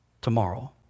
tomorrow